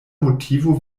motivo